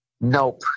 Nope